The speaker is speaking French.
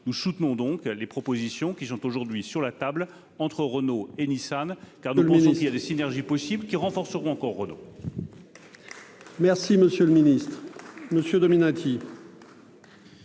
nous soutenons donc les propositions qui sont aujourd'hui sur la table entre Renault et Nissan car de potentiel de synergies possibles qui renforceront encore Renaud. Merci monsieur le ministre, monsieur Dominati.